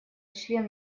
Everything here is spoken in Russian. члены